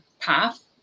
path